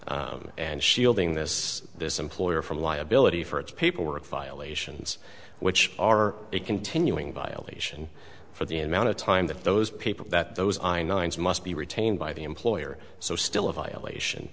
and shielding this this employer from liability for its paperwork violations which are a continuing violation for the amount of time that those people that those i nine's must be retained by the employer so still a violation